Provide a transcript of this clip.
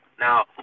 Now